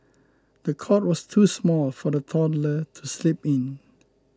the cot was too small for the toddler to sleep in